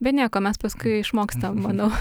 bet nieko mes paskui išmokstam manau